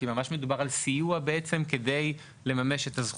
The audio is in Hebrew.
כי ממש מדובר על סיוע כדי לממש את הזכות.